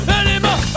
anymore